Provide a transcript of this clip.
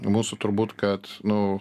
mūsų turbūt kad nu